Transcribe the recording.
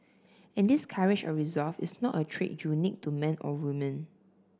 and this courage or resolve is not a trait unique to men or woman